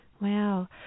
Wow